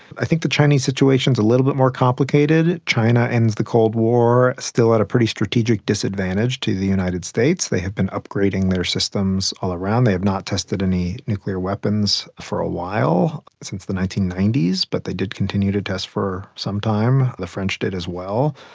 i think the chinese situation is a little bit more complicated. china ends the cold war still at a very pretty strategic disadvantage to the united states. they have been upgrading their systems all around, they have not tested any nuclear weapons for a while, since the nineteen ninety s, but they did continue to test for some time. the french did as well.